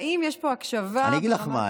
האם יש פה הקשבה ברמה, אני אגיד לך מה.